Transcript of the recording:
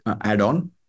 add-on